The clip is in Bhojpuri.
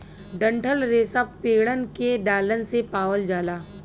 डंठल रेसा पेड़न के डालन से पावल जाला